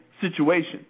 situation